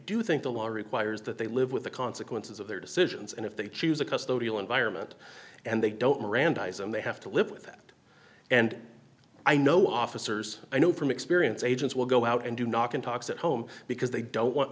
do think the law requires that they live with the consequences of their decisions and if they choose a custody environment and they don't mirandize and they have to live with that and i know officers i know from experience agents will go out and do knock and talks at home because they don't want